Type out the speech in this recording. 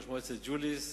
ראש מועצת ג'וליס,